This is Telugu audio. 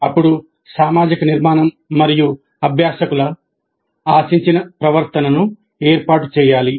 అప్పుడు సామాజిక నిర్మాణం మరియు అభ్యాసకుల ఆశించిన ప్రవర్తనను ఏర్పాటు చేయాలి